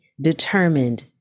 determined